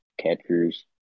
catchers